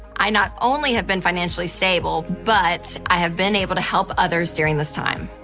i not only have been financially stable, but i have been able to help others during this time.